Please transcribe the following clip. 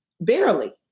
Barely